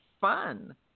fun